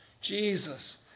Jesus